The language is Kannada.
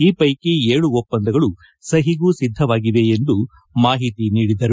ಈ ವೈಕಿ ಏಳು ಒಪ್ಪಂದಗಳು ಸಹಿಗೂ ಸಿದ್ದವಾಗಿವೆ ಎಂದು ಮಾಹಿತಿ ನೀಡಿದರು